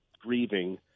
grieving